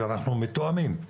ואנחנו מתואמים,